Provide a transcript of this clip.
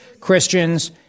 Christians